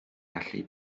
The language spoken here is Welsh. allu